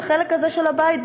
בחלק הזה של הבית,